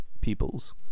peoples